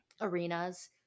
arenas